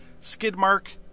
Skidmark